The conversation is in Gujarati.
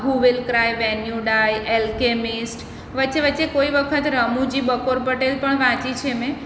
હું will cry when you die alchemist વચ્ચે વચ્ચે કોઈક વખત રમુજી બપોર પટેલ પણ વાંચી છે મેં